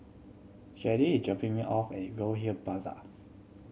Sadie is dropping me off at Goldhill Plaza